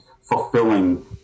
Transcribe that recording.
fulfilling